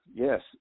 Yes